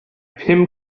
pum